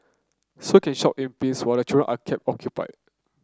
so you can shop in peace while the children are kept occupied